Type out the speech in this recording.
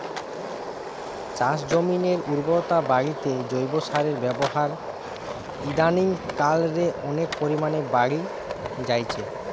চাষজমিনের উর্বরতা বাড়িতে জৈব সারের ব্যাবহার ইদানিং কাল রে অনেক পরিমাণে বাড়ি জাইচে